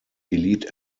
delete